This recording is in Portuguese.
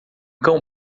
cão